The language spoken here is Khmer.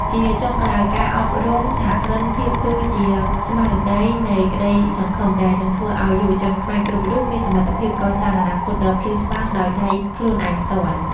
ជាចុងក្រោយ ការអប់រំសហគ្រិនភាពគឺជា "ស្មារតីនៃក្តីសង្ឃឹម" ដែលនឹងធ្វើឱ្យយុវជនខ្មែរគ្រប់រូបមានសមត្ថភាពសាងអនាគតដ៏ភ្លឺស្វាងដោយដៃខ្លួនឯងផ្ទាល់។